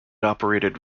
operated